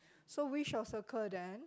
so we shall circle then